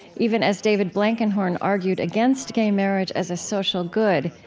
even as david blankenhorn argued against gay marriage as a social good,